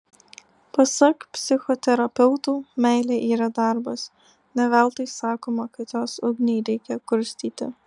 pasak psichoterapeutų meilė yra darbas ne veltui sakoma kad jos ugnį reikia kurstyti